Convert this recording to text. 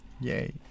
Yay